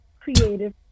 creative